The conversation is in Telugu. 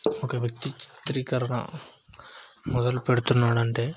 ఒక వ్యక్తి చిత్రీకరణ మొదలు పెడుతున్నాడు అంటే